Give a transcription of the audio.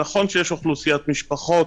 נכון שיש אוכלוסיית משפחות